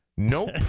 Nope